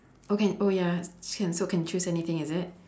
okay oh ya s~ so can choose anything is it